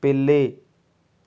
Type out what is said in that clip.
పిల్లి